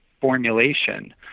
formulation